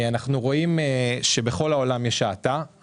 אנחנו רואים שבכל העולם יש האטה.